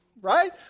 right